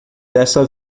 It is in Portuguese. dessa